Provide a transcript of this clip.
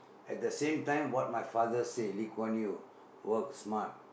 at the same time what my father say Lee Kuan Yew work smart